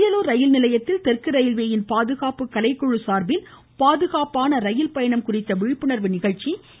அரியலூர் ரயில் நிலையத்தில் தெற்கு ரயில்வேயின் பாதுகாப்பு கலைக்குழு சார்பில் பாதுகாப்பான ரயில் பயணம் குறித்த விழிப்புணர்வு நிகழ்ச்சி இன்று நடைபெற்றது